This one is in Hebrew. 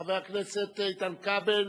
חבר הכנסת איתן כבל,